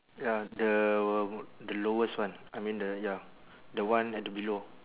ya the the lowest one I mean the ya the one at the below